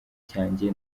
cyanjye